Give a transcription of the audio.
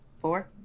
Four